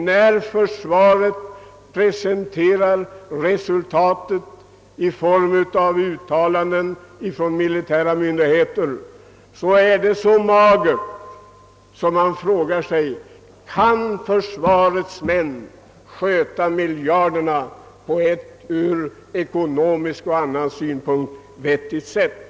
När resultat presenteras i uttalanden från militära myndigheter visar det sig vara så magert, att man undrar om försvarets representanter kan sköta miljarderna på ett från ekonomisk och annan synpunkt vettigt sätt.